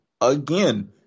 again